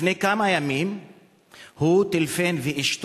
לפני כמה ימים הוא ואשתו